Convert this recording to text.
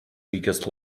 weakest